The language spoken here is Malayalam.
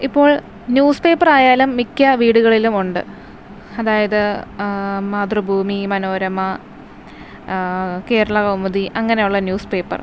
ഇപ്പോൾ ന്യൂസ് പേപ്പർ ആയാലും മിക്ക വീടുകളിലും ഉണ്ട് അതായത് മാതൃഭൂമി മനോരമ കേരള കൗമുദി അങ്ങനെയുള്ള ന്യൂസ് പേപ്പർ ഇപ്പം